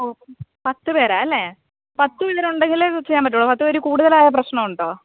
ഓ പത്തുപേരാ അല്ലേ പത്തുപേരുണ്ടെങ്കിലേ അത് ചെയ്യാൻ പറ്റാത്തുള്ളോ പത്തുപേരിൽ കൂടുതലായാൽ പ്രശ്നം ഉണ്ടോ